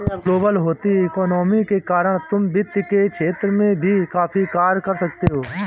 global होती economy के कारण तुम वित्त के क्षेत्र में भी काफी कार्य कर सकते हो